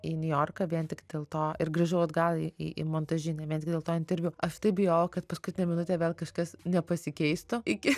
į niujorką vien tik dėl to ir grįžau atgal į į montažinę vien tik dėl to interviu aš taip bijojau kad paskutinę minutę vėl kažkas nepasikeistų iki